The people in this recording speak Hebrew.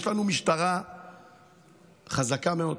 יש לנו משטרה חזקה מאוד.